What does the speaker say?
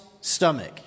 stomach